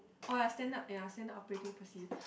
oh ya standard standard operating procedure